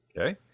okay